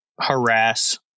harass